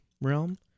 realm